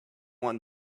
want